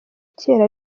kera